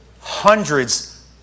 hundreds